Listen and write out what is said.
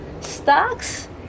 Stocks